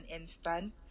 instant